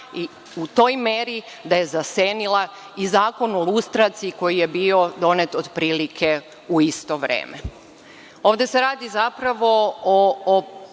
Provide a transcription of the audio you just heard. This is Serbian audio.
u toj meri da je zasenila i Zakon o lustraciji koji je bio donet otprilike u isto vreme. Ovde se radi zapravo o